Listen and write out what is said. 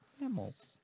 mammals